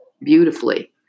beautifully